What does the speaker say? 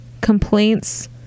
complaints